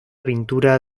pintura